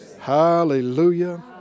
Hallelujah